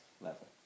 level